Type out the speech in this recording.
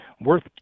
worth